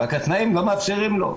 רק שהתנאים לא מאפשרים לו.